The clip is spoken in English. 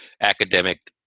academic